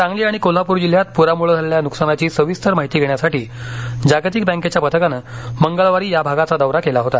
सांगली आणि कोल्हापूर जिल्ह्यात पुरामुळे झालेल्या नुकसानाची सविस्तर माहिती घेण्यासाठी जागतिक बँकेच्या पथकानं मंगळवारी या भागाचा दौरा केला होता